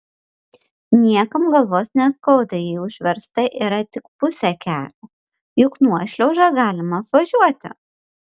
niekam galvos neskauda jei užversta yra tik pusė kelio juk nuošliaužą galima apvažiuoti